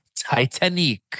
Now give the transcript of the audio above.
Titanic